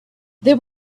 there